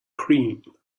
cream